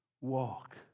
Walk